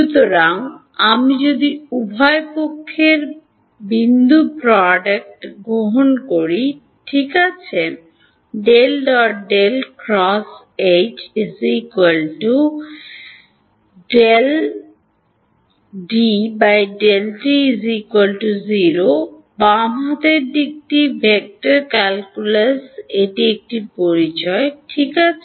সুতরাং আমি যদি উভয় পক্ষের বিন্দু product গ্রহণ করি ঠিক আছে বাম হাতের দিকটি ভেক্টর ক্যালকুলাস এটি একটি পরিচয় ঠিক আছে